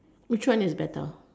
which one is better